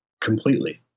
completely